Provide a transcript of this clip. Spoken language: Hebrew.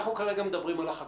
אנחנו כרגע מדברים על החקלאי.